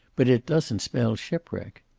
but it doesn't spell shipwreck.